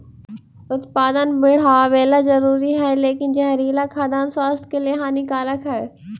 उत्पादन बढ़ावेला जरूरी हइ लेकिन जहरीला खाद्यान्न स्वास्थ्य के लिए हानिकारक हइ